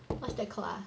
what's that called ah